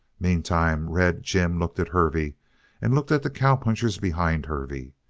meantime, red jim looked at hervey and looked at the cowpunchers behind hervey.